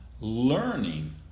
learning